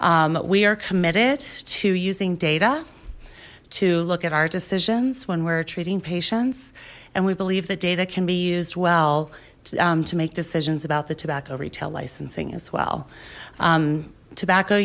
we are committed to using data to look at our decisions when we're treating patients and we believe that data can be used well to make decisions about the tobacco retail licensing as well tobacco